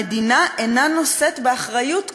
המדינה אינה נושאת באחריות כלשהי,